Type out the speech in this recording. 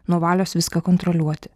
nuo valios viską kontroliuoti